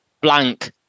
blank